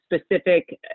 specific